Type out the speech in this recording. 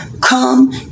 come